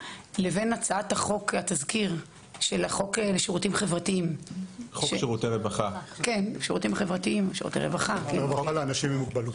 לבין תזכיר חוק שירותי רווחה לאנשים עם מוגבלות?